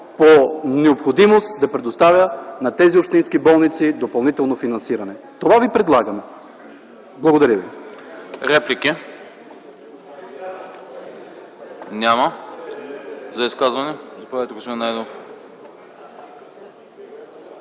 по необходимост да предоставя на тези общински болници допълнително финансиране. Това ви предлагаме. Благодаря.